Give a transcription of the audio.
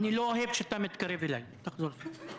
--- אני קורא לך לסדר פעם ראשונה.